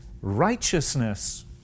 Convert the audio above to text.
righteousness